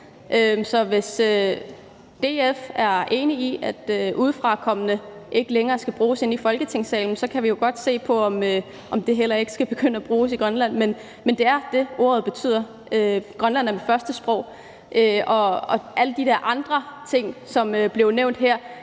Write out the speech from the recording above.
Så hvis DF er enig i, at »udefrakommende« ikke længere skal bruges herinde i Folketingssalen, kan vi jo godt begynde at se på, om det heller ikke skal bruges i Grønland. Men det er det, som ordet betyder. Grønlandsk er mit første sprog, og alle de der andre ting, som blev nævnt her,